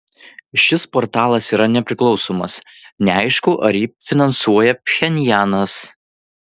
šis portalas yra nepriklausomas neaišku ar jį finansuoja pchenjanas